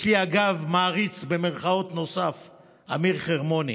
יש לי, אגב, "מעריץ" נוסף, במירכאות, אמיר חרמוני.